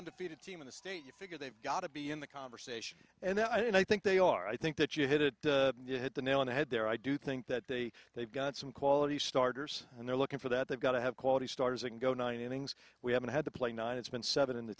undefeated team in the state you figure they've got to be in the conversation and i think they are i think that you hit the nail on the head there i do think that they they've got some quality starters and they're looking for that they've got to have quality starters and go nine innings we haven't had to play nine it's been seven in the